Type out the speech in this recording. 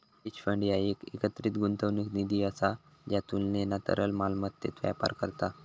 hedge fund ह्या एक एकत्रित गुंतवणूक निधी असा ज्या तुलनेना तरल मालमत्तेत व्यापार करता